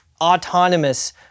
autonomous